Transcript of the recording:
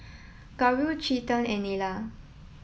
Gauri Chetan and Neila